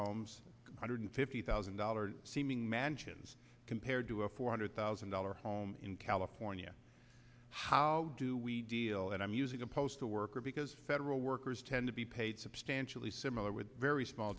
homes hundred fifty thousand dollars or seeming mansions compared to a four hundred thousand dollar home in california how do we deal and i'm using a postal worker because federal workers tend to be paid substantially similar with very small